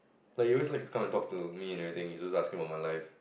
but he always likes to come and talk to me and everything he's always asking about my life